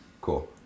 cool